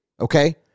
okay